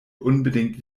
unbedingt